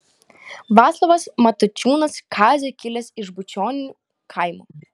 vaclovas matačiūnas kazio kilęs iš bučionių kaimo